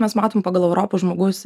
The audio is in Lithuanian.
mes matom pagal europos žmogaus